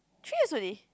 three years only